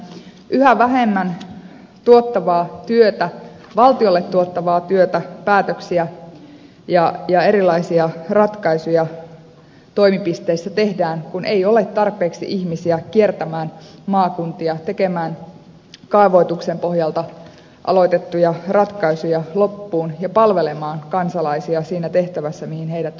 yhä vähemmän valtiolle tuottavaa työtä päätöksiä ja erilaisia ratkaisuja toimipisteissä tehdään kun ei ole tarpeeksi ihmisiä kiertämään maakuntia tekemään kaavoituksen pohjalta aloitettuja ratkaisuja loppuun ja palvelemaan kansalaisia siinä tehtävässä mihin heidät on asetettu